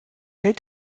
hält